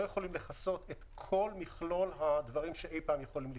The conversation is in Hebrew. לא יכולים לכסות את כל מכלול הדברים שאי פעם יכולים לקרות.